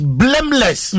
blameless